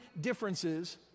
differences